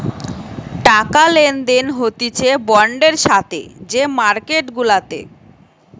টাকা লেনদেন হতিছে বন্ডের সাথে যে মার্কেট গুলাতে